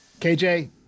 KJ